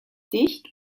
dicht